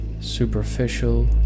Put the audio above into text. superficial